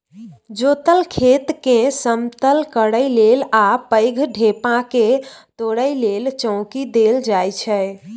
जोतल खेतकेँ समतल करय लेल आ पैघ ढेपाकेँ तोरय लेल चौंकी देल जाइ छै